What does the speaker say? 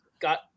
got